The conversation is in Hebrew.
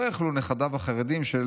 לא יכלו נכדיו החרדים של